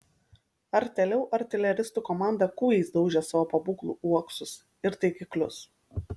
artėliau artileristų komanda kūjais daužė savo pabūklų uoksus ir taikiklius